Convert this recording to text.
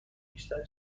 بیشتر